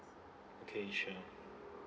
okay sure